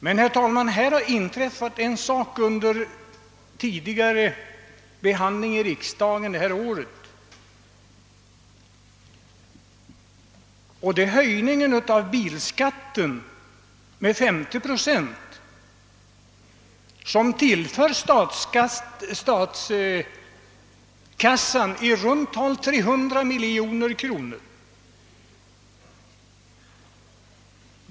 Det har emellertid, herr talman, inträffat någonting nytt genom ett riksdagsbeslut tidigare detta år, nämligen höjningen av bilskatten med 50 procent, vilken tillför statskassan i runt tal 300 miljoner kronor.